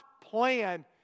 plan